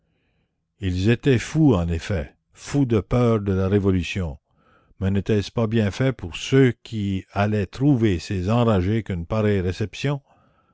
ils étaient fous en effet fous de peur de la révolution mais n'était-ce pas bien fait pour ceux qui allaient trouver ces enragés qu'une pareille réception